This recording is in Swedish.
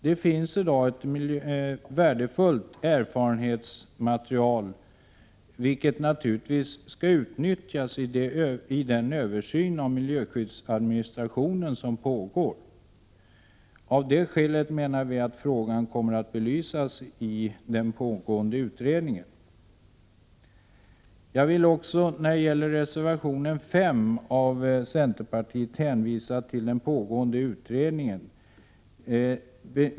Det finns i dag ett värdefullt erfarenhetsmaterial, vilket naturligtvis utnyttjas i den översyn av miljöskyddsadministrationen som pågår. Vi menar alltså att frågan kommer att belysas i den pågående utredningen. Jag vill också när det gäller reservation 5 från centerpartiet hänvisa till den pågående utredningen.